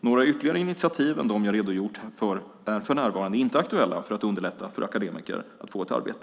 Några ytterligare initiativ än de jag redogjort för är för närvarande inte aktuella för att underlätta för akademiker att få ett arbete.